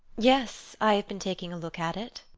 yes, i have been taking a look at it.